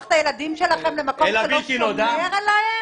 את הילדים שלהם למקום שלא שומר עליהם?